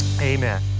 Amen